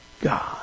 God